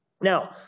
Now